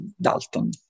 Dalton